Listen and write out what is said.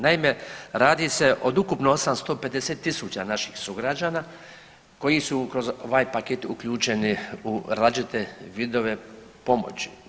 Naime, radi se od ukupno 850.000 naših sugrađana koji su kroz ovaj paket uključeni u različite vidove pomoći.